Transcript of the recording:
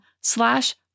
slash